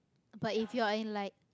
but if you are in like